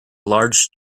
large